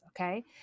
okay